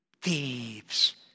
thieves